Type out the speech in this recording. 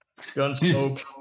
Gunsmoke